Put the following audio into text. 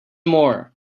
more